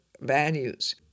values